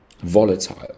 volatile